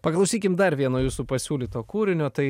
paklausykim dar vieno jūsų pasiūlyto kūrinio tai